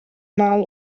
mal